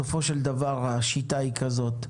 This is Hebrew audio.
בסופו של דבר, השיטה היא כזאת,